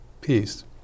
peace